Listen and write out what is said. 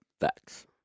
Facts